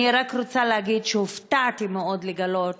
אני רק רוצה להגיד שהופתעתי מאוד לגלות